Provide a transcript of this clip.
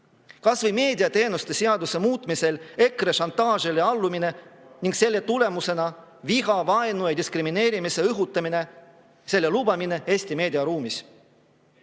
Kas või meediateenuste seaduse muutmisel EKRE šantaažile allumine ning selle tulemusena viha, vaenu ja diskrimineerimise õhutamine, nende lubamine Eesti meediaruumis. Meie